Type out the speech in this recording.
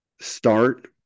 start